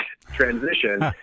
transition